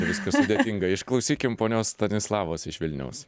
viskas sudėtinga išklausykim ponios stanislavos iš vilniaus